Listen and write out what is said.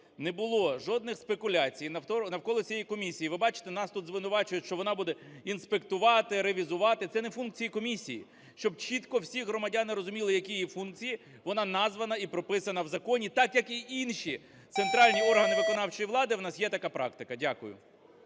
не було жодних спекуляцій навколо цієї комісії, ви бачите, нас тут звинувачують, що вона буде інспектувати, ревізувати – це не функції комісії. Щоб чітко всі громадяни розуміли, які її функції, вона названа і прописана в законі так, як і інші центральні органи виконавчої влади, у нас є така практика. Дякую.